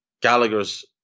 Gallagher's